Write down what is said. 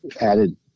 added